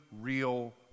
real